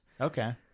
Okay